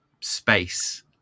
space